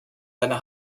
seiner